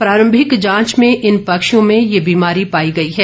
प्रारंभिक जांच में इन पक्षियों में ये बीमारी पाई गई है